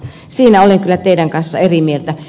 siinä olen kyllä teidän kanssanne eri mieltä